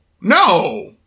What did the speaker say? no